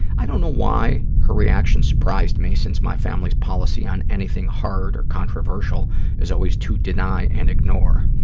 i don't know why her reaction surprised me since my family's policy on anything hard or controversial is always to deny and ignore.